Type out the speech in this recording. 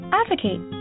advocate